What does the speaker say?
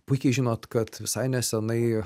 puikiai žinot kad visai nesenai